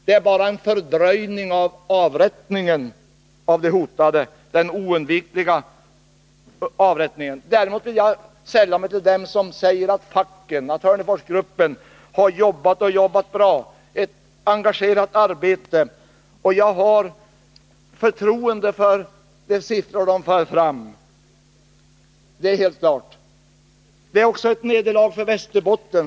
Det är bara en fördröjning av den oundvikliga avrättningen. Däremot vill jag sälla mig till dem som säger att facken och Hörneforsgruppen har jobbat och jobbat bra. Det har varit ett engagerat arbete. Jag har förtroende för de siffror som gruppen för fram — det är helt klart. Det är också ett nederlag för Västerbotten.